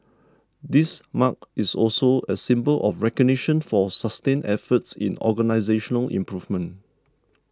this mark is also a symbol of recognition for sustained efforts in organisational improvement